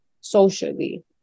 socially